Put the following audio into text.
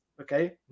okay